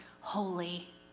holy